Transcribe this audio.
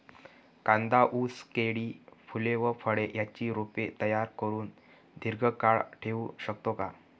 कांदा, ऊस, केळी, फूले व फळे यांची रोपे तयार करुन दिर्घकाळ ठेवू शकतो का?